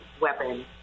weapon